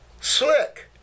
Slick